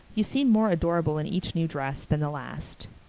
you seem more adorable in each new dress than the last.